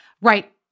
Right